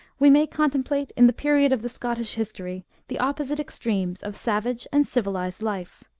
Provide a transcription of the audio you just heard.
we may contemplate, in the period of the scottish history, the opposite extremes of savage and ciyilized life.